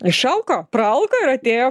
išalko praalko ir atėjo